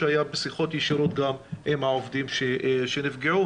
שהיה בשיחות ישירות גם עם העובדים שנפגעו.